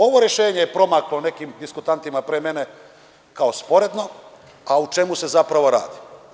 Ovo rešenje je promaklo nekim diskutantima pre mene kao sporedno, a o čemu se u stvari radi.